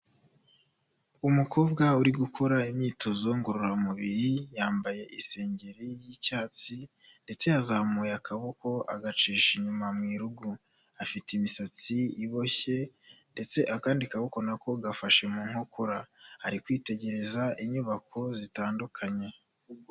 Umukobwa uri gukora imyitozo ngororamubiri, yambaye isengeri y'icyatsi ndetse yazamuye akaboko agacisha inyuma mu irugu. Afite imisatsi iboshye ndetse akandi kaboko na ko gafashe mu nkokora. Ari kwitegereza inyubako zitandukanye.